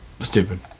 Stupid